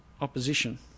opposition